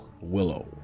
Willow